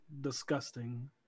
disgusting